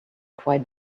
quite